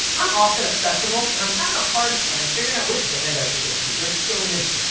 i'm often at festivals, and i'm having a hard time figuring out which band i should go see. there's so many.